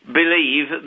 believe